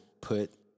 put